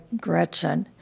Gretchen